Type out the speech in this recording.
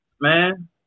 man